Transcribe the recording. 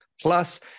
Plus